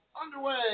underway